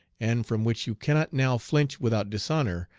and from which you cannot now flinch without dishonor,